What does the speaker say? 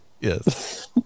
yes